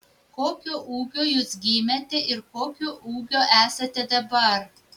kokio ūgio jūs gimėte ir kokio ūgio esate dabar